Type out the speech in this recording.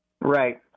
Right